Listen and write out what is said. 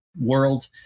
world